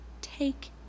take